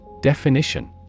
Definition